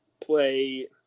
play